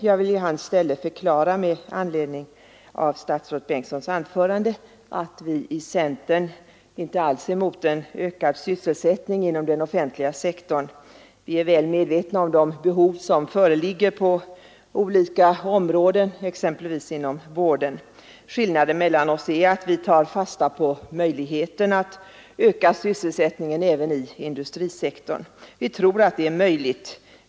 Jag vill i hans ställe med anledning av statsrådet Bengtssons anförande förklara att vi inom centern inte alls är emot en ökad sysselsättning inom den offentliga sektorn. Vi är väl medvetna om de behov som föreligger på olika områden, exempelvis inom vården. Skillnaden mellan oss är att vi tar fasta på möjligheterna att öka sysselsättningen även i industrisektorn. Vi tror att det är möjligt.